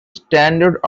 standard